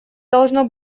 должно